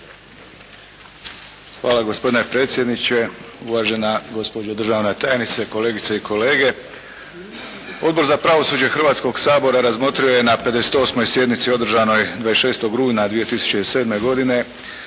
Hvala gospodine predsjedniče, uvažena gospođo državna tajnice, kolegice i kolege. Odbor za pravosuđe Hrvatskog sabora razmotrio je na 58. sjednici održanoj 26. rujna 2007. godine